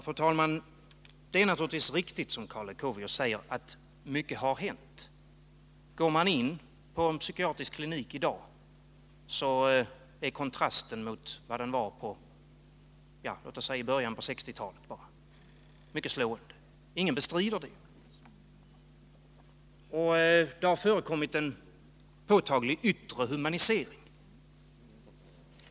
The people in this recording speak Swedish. Fru talman! Det är naturligtvis riktigt som Karl Leuchovius säger, att det har hänt mycket på detta område. Går man in på en psykiatrisk klinik i dag är kontrasten mot hur det såg ut i början av 1960-talet mycket slående — ingen bestrider det. Det har förekommit en påtaglig yttre humanisering.